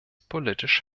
politisch